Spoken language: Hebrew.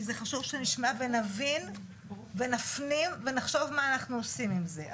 כי זה חשוב שנשמע ונבין ונפנים ונחשוב מה אנחנו עושים עם זה.